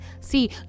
see